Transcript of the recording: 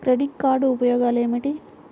Credit card ఉపయోగాలు ఏమిటి?